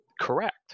correct